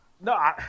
No